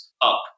up